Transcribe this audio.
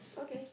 okay